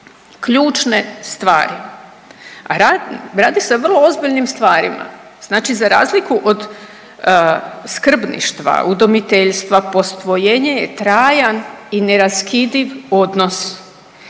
ključne stvari, a radi se o vrlo ozbiljnim stvarima. Znači za razliku od skrbništva, udomiteljstva, posvojenje je trajan i neraskidiv odnos,